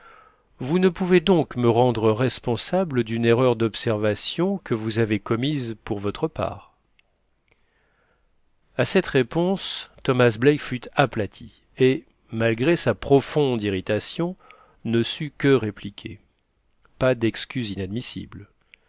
vous ne pouvez donc me rendre responsable d'une erreur d'observation que vous avez commise pour votre part à cette réponse thomas black fut aplati et malgré sa profonde irritation ne sut que répliquer pas d'excuse admissible